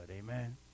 amen